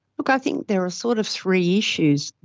look, i think there are sort of three issues.